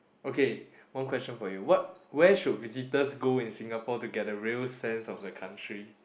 okay one question for you what where should visitors go in Singapore to get a real sense of the country